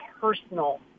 personal